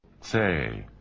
Say